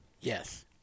Yes